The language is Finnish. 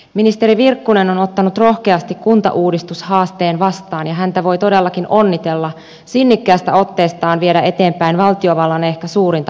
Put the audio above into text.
ministeri virkkunen on ottanut rohkeasti kuntauudistushaasteen vastaan ja häntä voi todellakin onnitella sinnikkäästä otteestaan viedä eteenpäin valtiovallan ehkä suurinta uudistusta vuosikymmeniin